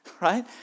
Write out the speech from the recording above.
right